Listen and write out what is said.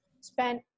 spent